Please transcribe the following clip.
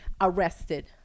arrested